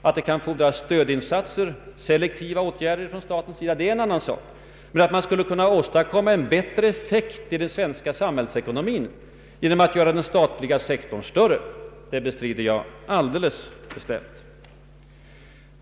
Att det kan behövas stödinsatser och selektiva åtgärder från staten är en annan sak. Men att man skulle kunna åstadkomma en bättre effekt i den svenska samhällsekonomin genom att göra den statliga sektorn större bestrider jag alldeles bestämt.